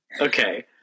Okay